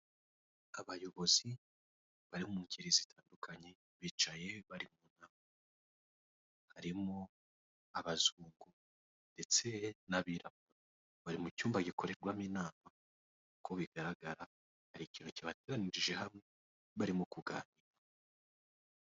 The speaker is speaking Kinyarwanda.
Abayobozi bari mu ngeri zitandukanye bicaye bari mu nama harimo abazungu ndetse n'abirabura, bari mu cyumba gikorerwamo inama nk'uko bigaragara hari ikintu cyabateranirije hamwe barimo kuganira.